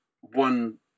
one